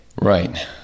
Right